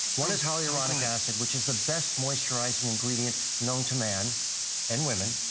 one is hyaluronic acid which is the best moisturizing ingredient known to man and women.